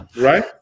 right